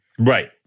Right